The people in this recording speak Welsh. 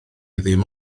ddim